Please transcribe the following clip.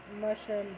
mushroom